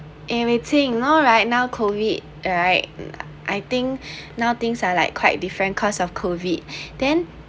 eh wei qing know right now COVID right I think now things are like quite different cause of COVID then